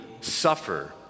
suffer